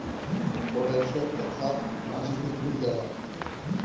potassium क खाद पानी में घुल जाला